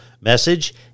message